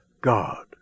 God